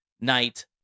Night